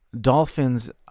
Dolphins